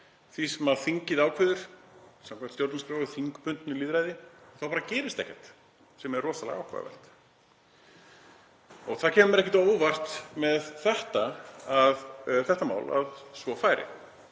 því sem þingið ákveður, samkvæmt stjórnarskrá er þingbundið lýðræði, þá bara gerist ekkert. Það er rosalega áhugavert. Það kæmi mér ekkert á óvart með þetta mál að svo færi.